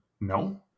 No